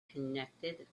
connected